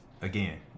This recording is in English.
Again